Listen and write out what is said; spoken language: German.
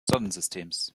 sonnensystems